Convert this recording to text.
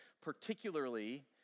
particularly